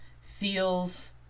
feels